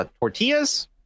tortillas